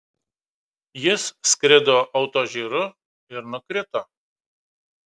jis skrido autožyru ir nukrito